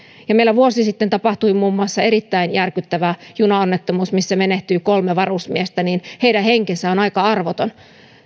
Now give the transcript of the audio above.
meillä vuosi sitten tapahtui muun muassa erittäin järkyttävä junaonnettomuus missä menehtyi kolme varusmiestä heidän henkensä on aika arvoton yhden